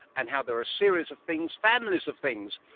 and how there are series of things, families of things.